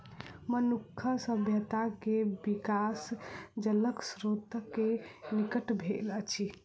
मनुखक सभ्यता के विकास जलक स्त्रोत के निकट भेल अछि